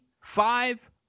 five